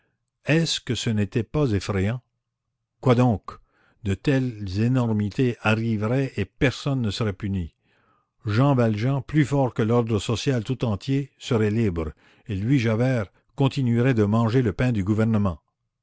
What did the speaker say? est-ce que ce n'était pas effrayant quoi donc de telles énormités arriveraient et personne ne serait puni jean valjean plus fort que l'ordre social tout entier serait libre et lui javert continuerait de manger le pain du gouvernement